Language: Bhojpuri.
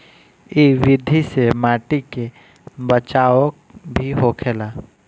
इ विधि से माटी के बचाव भी होखेला